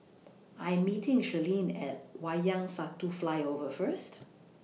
I'm meeting Shirleen At Wayang Satu Flyover First